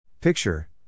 Picture